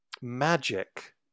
magic